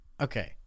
Okay